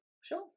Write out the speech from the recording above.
Sure